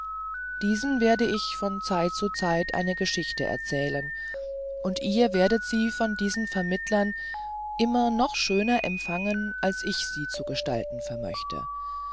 diesen werde ich von zeit zu zeit eine geschichte erzählen und ihr werdet sie von diesen vermittlern immer noch schöner empfangen als ich sie zu gestalten vermöchte